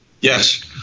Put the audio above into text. Yes